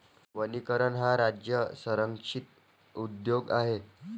वनीकरण हा राज्य संरक्षित उद्योग आहे